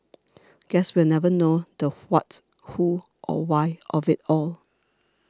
guess we'll never know the what who or why of it all